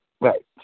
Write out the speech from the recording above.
right